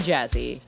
Jazzy